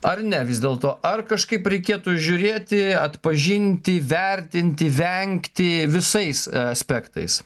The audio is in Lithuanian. ar ne vis dėlto ar kažkaip reikėtų žiūrėti atpažinti vertinti vengti visais aspektais